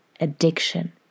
addiction